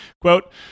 Quote